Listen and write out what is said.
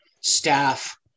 staff